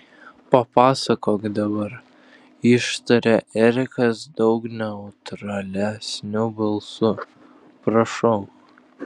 papasakok dabar ištarė erikas daug neutralesniu balsu prašau